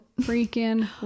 freaking